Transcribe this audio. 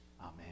Amen